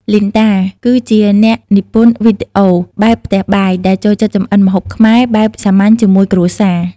លីនដា គឺជាអ្នកនិពន្ធវីដេអូបែបផ្ទះបាយ ដែលចូលចិត្តចម្អិនម្ហូបខ្មែរបែបសាមញ្ញជាមួយគ្រួសារ។